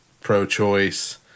pro-choice